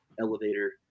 elevator